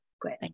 Great